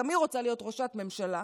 שגם היא רוצה להיות ראשת ממשלה,